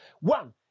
One